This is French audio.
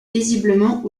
paisiblement